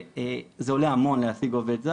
שזה עולה המון להשיג עובד זה,